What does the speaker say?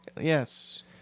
Yes